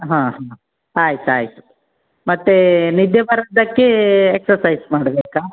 ಹಾಂ ಹಾಂ ಆಯ್ತು ಆಯಿತು ಮತ್ತು ನಿದ್ದೆ ಬರದಕ್ಕೆ ಎಕ್ಸರ್ಸೈಜ್ ಮಾಡಬೇಕಾ